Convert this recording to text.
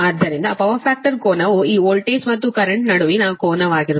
ಆದ್ದರಿಂದ power factor ಕೋನವು ಈ ವೋಲ್ಟೇಜ್ ಮತ್ತು ಕರೆಂಟ್ ನಡುವಿನ ಕೋನವಾಗಿರುತ್ತದೆ